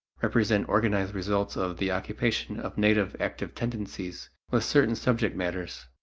represent organized results of the occupation of native active tendencies with certain subject matters.